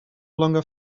longer